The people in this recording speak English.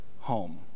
home